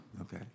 Okay